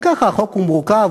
גם ככה החוק הוא מורכב,